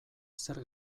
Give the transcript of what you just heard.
zer